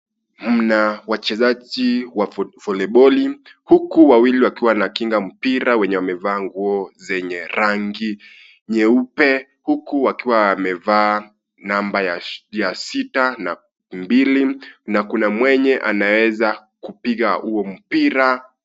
Mna wachezaji wa voliboli huku wawili wakiwa wanakinga mpira wenye wamevaa nguo zenye rangi nyeupe huku wakiwa wamevaa namba ya sita na mbili na kuna mwenye anaeza kupiga huo mpira.